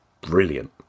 brilliant